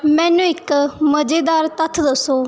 ਮੈਨੂੰ ਇੱਕ ਮਜ਼ੇਦਾਰ ਤੱਥ ਦੱਸੋ